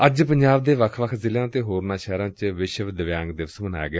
ਅੱਜ ਪੰਜਾਬ ਦੇ ਵੱਖ ਜ਼ਿਲ੍ਹਿਆਂ ਅਤੇ ਹੋਰਨਾਂ ਸ਼ਹਿਰਾਂ ਚ ਵਿਸ਼ਵ ਦਿਵਿਆਂਗ ਦਿਵਸ ਮਨਾਇਆ ਗਿਆ